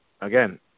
again